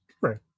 right